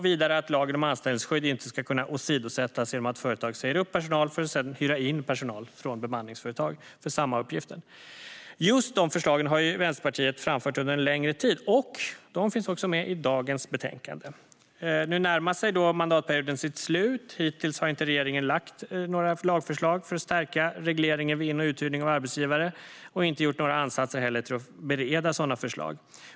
Vidare skulle lagen om anställningsskydd inte kunna åsidosättas genom att företag säger upp personal för att sedan hyra in personal från bemanningsföretag för samma uppgifter. Just de förslagen har Vänsterpartiet framfört under en längre tid. De finns också med i dagens betänkande. Nu närmar sig mandatperioden sitt slut. Hittills har regeringen inte lagt fram några lagförslag för att stärka regleringen vid in och uthyrning av arbetstagare och inte heller gjort några ansatser till att bereda sådana förslag.